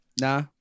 Nah